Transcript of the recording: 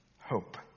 hope